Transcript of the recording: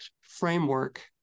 framework